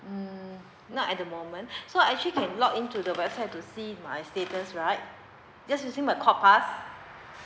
um not at the moment so actually can log in into the website to see my status right just to see my pass